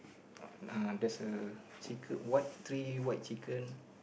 theres a chicken white three white chicken